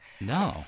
No